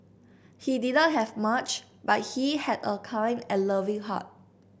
he did not have much but he had a kind and loving heart